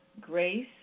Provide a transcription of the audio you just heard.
Grace